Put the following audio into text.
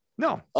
No